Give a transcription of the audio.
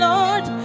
Lord